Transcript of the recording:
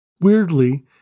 Weirdly